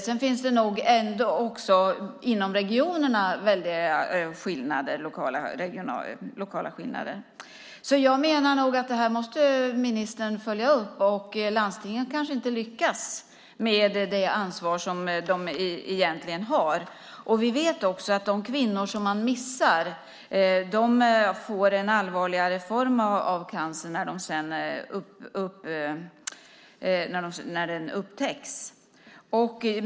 Det finns nog också inom regionerna väldigt lokala skillnader. Jag menar att det här måste ministern följa upp. Landstingen kanske inte lyckas med det ansvar som de egentligen har. Vi vet också att de kvinnor som man missar får en allvarligare form av cancer när den sedan upptäcks.